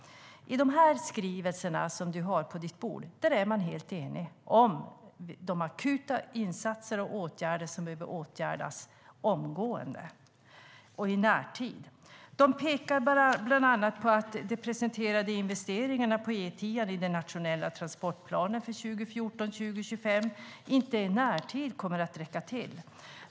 I de här skrivelserna, som du har på ditt bord, är man helt eniga om de akuta insatser och åtgärder som behöver göras omgående. De pekar bland annat på att de presenterade investeringarna på E10:an i den nationella transportplanen för 2014-2025 inte kommer att räcka till.